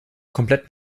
komplett